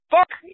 Fuck